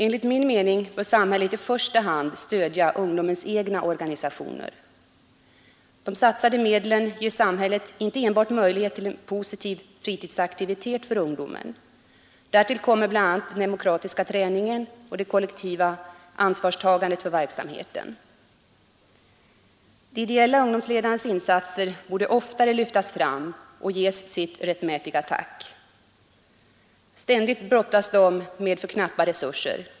Enligt min mening bör samhället i första hand stödja ungdomens egna organisationer. De satsade medlen ger samhället inte enbart möjlighet till en positiv fritidsaktivitet för ungdom. Därtill kommer bl.a. den demokratiska träningen och det kollektiva ansvarstagandet för verksamheten. De ideella ungdomsledarna borde oftare lyftas fram och ges sitt rättmätiga tack för sina insatser. Ständigt brottas de med för knappa resurser.